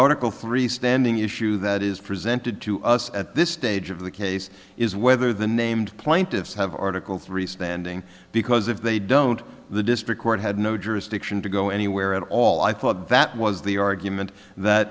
three standing issue that is presented to us at this stage of the case is whether the named plaintiffs have article three standing because if they don't the district court had no jurisdiction to go anywhere at all i thought that was the argument that